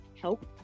help